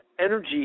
energy